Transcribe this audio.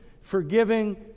forgiving